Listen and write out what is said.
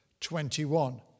21